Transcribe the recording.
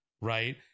right